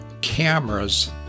cameras